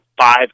five